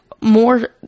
more